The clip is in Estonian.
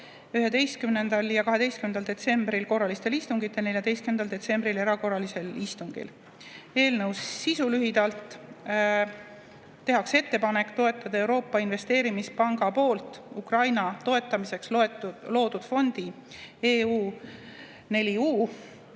11. ja 12. detsembril korralistel istungitel ja 14. detsembril erakorralisel istungil. Eelnõu sisust lühidalt: tehakse ettepanek toetada Euroopa Investeerimispanga poolt Ukraina toetamiseks loodud fondi EU4U